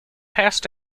passed